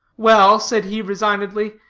well, said he, resignedly,